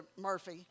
Murphy